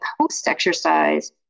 post-exercise